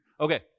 Okay